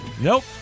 nope